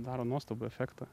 daro nuostabų efektą